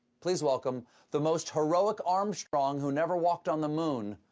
please welcome the most heroic armstrong who never walked on the moon,